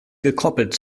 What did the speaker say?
gekoppelt